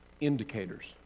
indicators